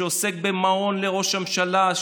שעוסק במעון לראש הממשלה,